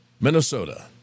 Minnesota